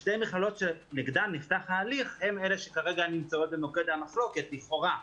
שתי מכללות שנגדן נפתח ההליך הן אלה שכרגע נמצאות במוקד המחלוקת לכאורה.